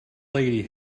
lady